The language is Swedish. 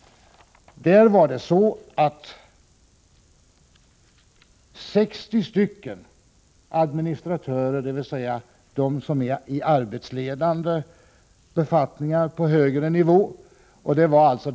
Där skrev 60 administratörer, med arbetsledande befattningar på högre nivå —dvs.